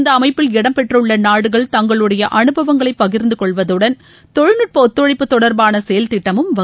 இந்த அமைப்பில் இடம்பெற்றுள்ள நாடுகள் தங்களுடைய அனுபவங்களை இதில் பகிர்ந்துகொள்வதுடன் தொழில்நுட்ப ஒத்துழைப்பு தொடர்பான செயல் திட்டமும் வகுக்கப்படும்